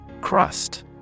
Crust